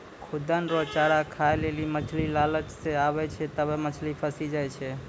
खुद्दन रो चारा खाय लेली मछली लालच से आबै छै तबै मछली फंसी जाय छै